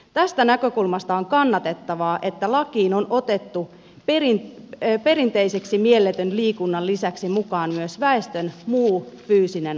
tästä näkökulmasta on kannatettavaa että lakiin on otettu perinteiseksi mielletyn liikunnan lisäksi mukaan myös väestön muu fyysinen aktiivisuus